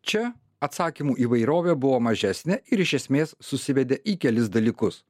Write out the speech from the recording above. čia atsakymų įvairovė buvo mažesnė ir iš esmės susivedė į kelis dalykus